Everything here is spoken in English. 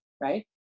right